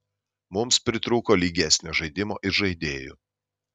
mums pritrūko lygesnio žaidimo ir žaidėjų